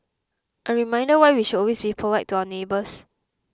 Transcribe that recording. a reminder why we should always be polite to our neighbours